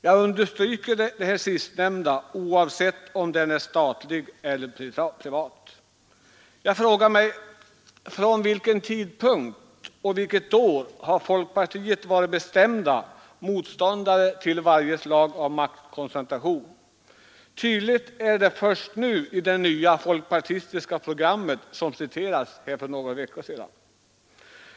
Jag understryker detta ”oavsett om den är statlig eller privat”. Jag frågar mig från vilken tidpunkt och vilket år folkpartiet har varit bestämd motståndare till varje slag av maktkoncentration. Tydligen är det först nu i det nya folkpartistiska programmet som citerades i debatten för några veckor sedan.